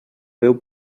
veu